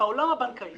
בעולם הבנקאי